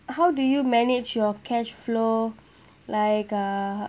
how do you manage your cash flow like uh